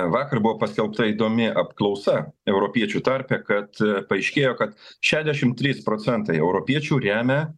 vakar buvo paskelbta įdomi apklausa europiečių tarpe kad paaiškėjo kad šešiasdešim trys procentai europiečių remia